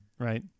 Right